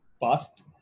past